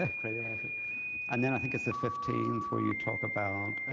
that and then i think it's the fifteenth where you talk about